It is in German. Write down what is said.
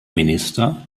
minister